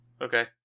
okay